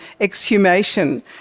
exhumation